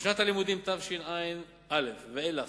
משנת הלימודים תשע"א ואילך,